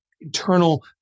internal